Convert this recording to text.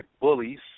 bullies